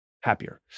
happier